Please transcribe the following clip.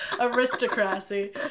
aristocracy